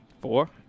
Four